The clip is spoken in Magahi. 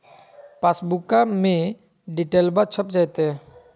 पासबुका में डिटेल्बा छप जयते?